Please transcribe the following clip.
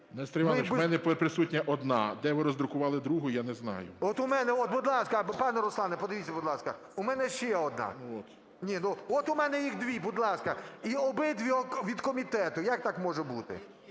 Нестор Іванович, у мене присутня одна. Де ви роздрукували другу, я не знаю. ШУФРИЧ Н.І. От у мене, от, будь ласка, пане Руслане, подивіться, будь ласка, у мене ще одна. Ні, от у мене їх дві, будь ласка, і обидві від комітету, як так може бути?